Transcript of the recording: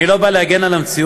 אני לא בא להגן על המציאות,